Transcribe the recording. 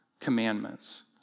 commandments